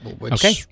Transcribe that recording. okay